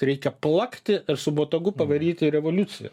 reikia plakti ir su botagu pavaryti revoliuciją